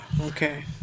okay